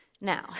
Now